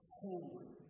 holy